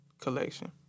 Collection